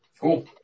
Cool